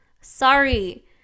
sorry